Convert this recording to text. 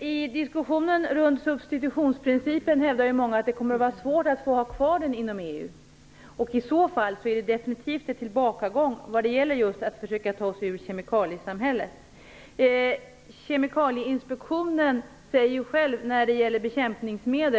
I diskussionen kring substitutionsprincipen hävdar många att det kommer att bli svårt att ha kvar den inom EU. I så fall blir det en definitiv tillbakagång när det gäller just att ta sig ur kemikaliesamhället. Beträffande bekämpningsmedel säger man på Kemikalieinspektionen